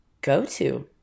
go-to